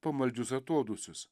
pamaldžius atodūsius